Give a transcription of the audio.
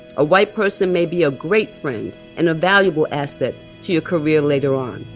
a white person may be a great friend and a valuable asset to your career later on.